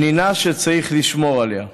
פנינה שצריך לשמור עליה.